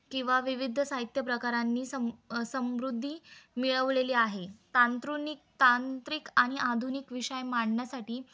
किंवा विविध साहित्य प्रकारांनी संम समृद्धी मिळवलेली आहे तांत्रुनिक तांत्रिक आणि आधुनिक विषय मांडण्यासाठी